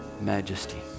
majesty